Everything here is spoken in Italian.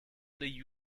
degli